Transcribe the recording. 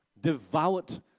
devout